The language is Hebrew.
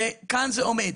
וכאן זה עומד.